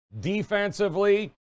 Defensively